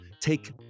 take